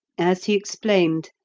as he explained,